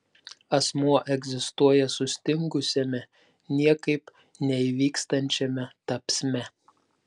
asmuo egzistuoja sustingusiame niekaip neįvykstančiame tapsme